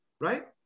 right